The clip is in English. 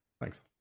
Thanks